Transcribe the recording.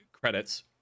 credits